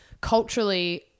culturally